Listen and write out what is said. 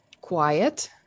quiet